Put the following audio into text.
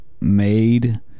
made